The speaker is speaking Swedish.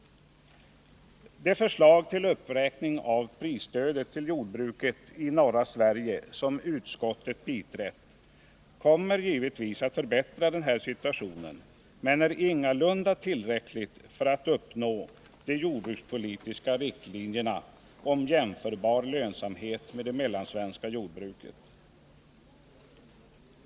Det förslag till uppräkning av prisstödet till jordbruket i norra Sverige som utskottet biträtt kommer givetvis att förbättra situationen men är ingalunda tillräckligt för att uppnå de jordbrukspolitiska riktlinjerna om jämförbar lönsamhet med det mellansvenska jordbruket.